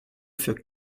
für